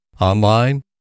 Online